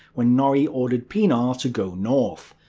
when norrie ordered pienaar to go north.